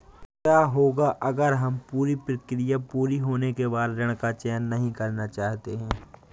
क्या होगा अगर हम पूरी प्रक्रिया पूरी होने के बाद ऋण का चयन नहीं करना चाहते हैं?